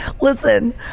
Listen